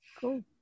Cool